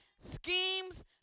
schemes